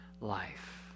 life